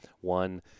one